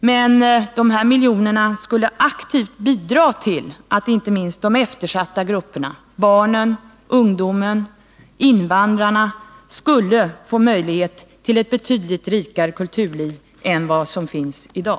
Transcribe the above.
Men dessa miljoner skulle aktivt bidra till att inte minst de eftersatta grupperna — barnen, ungdomen, invandrarna — skulle få möjlighet till ett betydligt rikare kulturliv än vad som står till buds i dag.